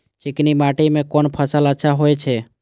चिकनी माटी में कोन फसल अच्छा होय छे?